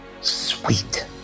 Sweet